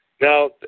now